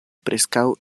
preskaŭ